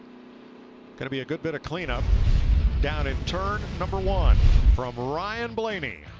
going to be a good bit of cleanup down intern number one from ryan blaney